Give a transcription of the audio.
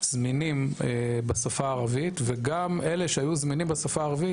זמינים בשפה הערבית; וגם באלה שהיו זמינים בשפה הערבית,